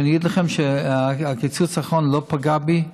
שאני אגיד לכם שהקיצוץ האחרון לא פגע בי?